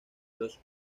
los